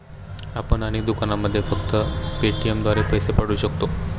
आपण अनेक दुकानांमध्ये फक्त पेटीएमद्वारे पैसे पाठवू शकता